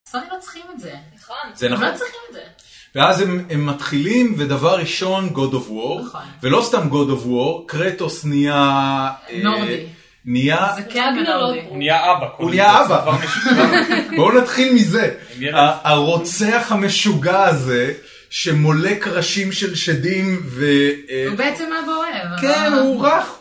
ספרים לא צריכים את זה. נכון. זה נכון. מה הם צריכים את זה? ואז הם מתחילים ודבר ראשון God of War ולא סתם God of War קרטוס נהיה נורדי. הוא נהיה אבא. בואו נתחיל מזה. הרוצח המשוגע הזה, שמולק ראשים של שדים והוא בעצם אבא אוהב. כן הוא רך